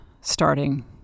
starting